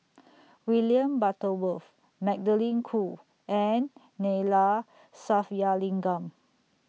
William Butterworth Magdalene Khoo and Neila Sathyalingam